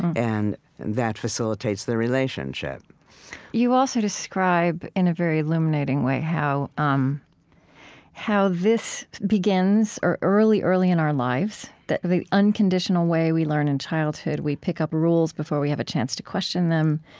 and that facilitates the relationship you also describe in a very illuminating way how um how this begins early, early in our lives that the unconditional way we learn in childhood, we pick up rules before we have a chance to question them.